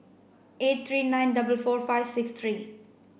eight three nine double four five six three